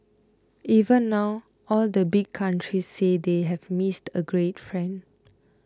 even now all the big countries say they have missed a great friend